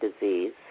Disease